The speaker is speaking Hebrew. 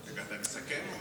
אתה מסכם?